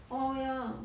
orh ya